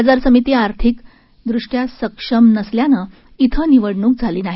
बाजार समिती आर्थिक सक्षम नसल्यानं इथं निवडणूक झाली नाही